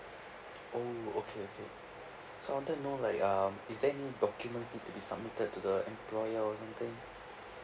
oh okay okay so I wanted to know like um is there any documents need to be submitted to the employer or something